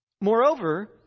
Moreover